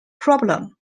problem